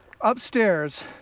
upstairs